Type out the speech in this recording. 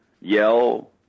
yell